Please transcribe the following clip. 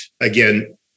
again